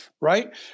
right